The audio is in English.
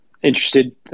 Interested